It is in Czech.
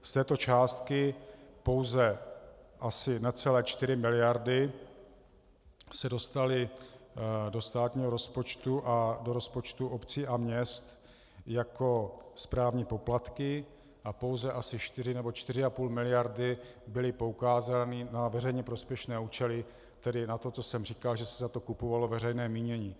Z této částky pouze asi necelé 4 mld. se dostaly do státního rozpočtu a do rozpočtů obcí a měst jako správní poplatky a pouze asi 4 nebo 4,5 mld. byly poukázány na veřejně prospěšné účely, tedy na to, co jsem říkal, že se za to kupovalo veřejné mínění.